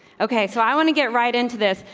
okay, so i want to get right into this,